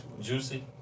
Juicy